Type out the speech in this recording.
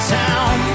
town